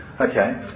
Okay